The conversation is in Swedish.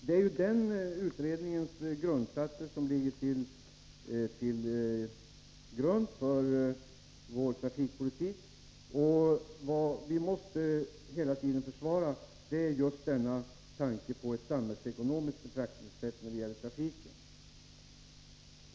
Det är ju den utredningens grundsatser som vår trafikpolitik vilar på. Vad vi hela tiden måste försvara är just denna grundtanke om ett samhällsekonomiskt betraktelsesätt när det gäller trafiken.